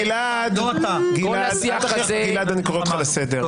גלעד, אני קורא אותך לסדר.